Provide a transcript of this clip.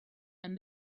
and